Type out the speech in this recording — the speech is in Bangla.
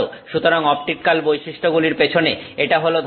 সুতরাং অপটিক্যাল বৈশিষ্ট্যগুলির পেছনে এটা হল ধারণা